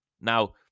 Now